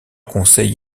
conseille